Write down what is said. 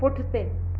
पुठिते